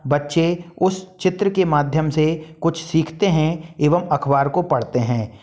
बच्चे उस चित्र के माध्यम से कुछ सीखते हैं एवं अखबार को पढ़ते हैं